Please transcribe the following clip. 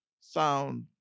sound